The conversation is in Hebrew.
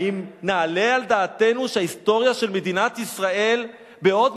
האם נעלה על דעתנו שההיסטוריה של מדינת ישראל בעוד